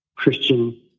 Christian